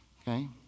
Okay